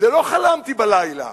לא חלמתי בלילה,